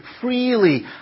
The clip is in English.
freely